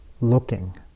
looking